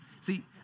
See